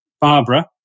Barbara